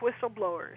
whistleblowers